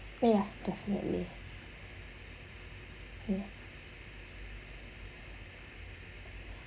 ya definitely ya